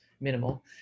minimal